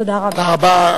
תודה רבה.